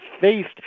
faced